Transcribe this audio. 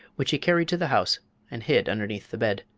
which he carried to the house and hid underneath the bed.